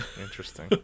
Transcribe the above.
Interesting